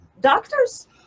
Doctors